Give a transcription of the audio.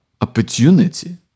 opportunity